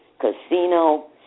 casino